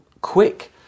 quick